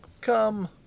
come